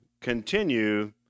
continue